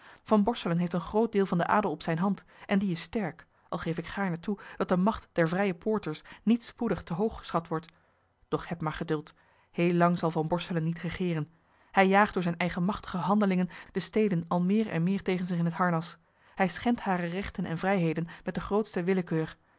van borselen heeft een groot deel van den adel op zijne hand en die is sterk al geef ik gaarne toe dat de macht der vrije poorters niet spoedig te hoog geschat wordt doch heb maar geduld heel lang zal van borselen niet regeeren hij jaagt door zijne eigenmachtige handelingen de steden al meer en meer tegen zich in het harnas hij schendt hare rechten en vrijheden met de grootste willekeur